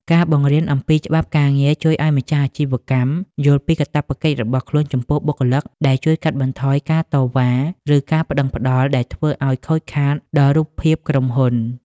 ការបង្រៀនអំពីច្បាប់ការងារជួយឱ្យម្ចាស់អាជីវកម្មយល់ពីកាតព្វកិច្ចរបស់ខ្លួនចំពោះបុគ្គលិក ដែលជួយកាត់បន្ថយការតវ៉ា ឬការប្ដឹងផ្ដល់ដែលធ្វើឱ្យខូចខាតដល់រូបភាពក្រុមហ៊ុន។